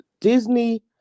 Disney